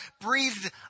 breathed